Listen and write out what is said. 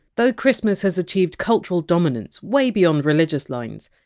though christmas has achieved cultural dominance way beyond religious lines,